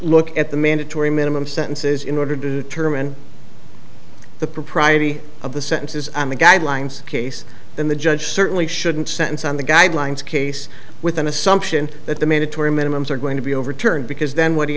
look at the mandatory minimum sentences in order to determine the propriety of the sentence is the guidelines case then the judge certainly shouldn't sentence on the guidelines case with an assumption that the mandatory minimums are going to be overturned because then what he